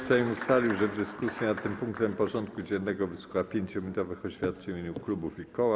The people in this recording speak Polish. Sejm ustalił, że w dyskusji nad tym punktem porządku dziennego wysłucha 5-minutowych oświadczeń w imieniu klubów i koła.